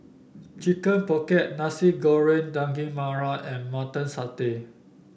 Chicken Pocket Nasi Goreng Daging Merah and Mutton Satay